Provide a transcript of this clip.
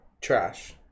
trash